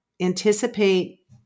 anticipate